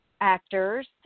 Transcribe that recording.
actors